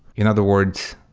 in other words,